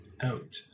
out